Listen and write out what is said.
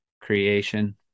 creation